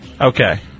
Okay